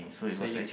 so you